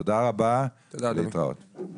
תודה רבה, להתראות.